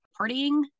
partying